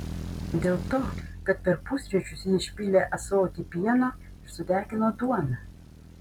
dėl to kad per pusryčius ji išpylė ąsotį pieno ir sudegino duoną